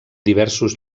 diversos